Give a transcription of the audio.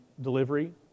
delivery